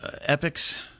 epics